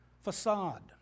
facade